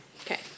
Okay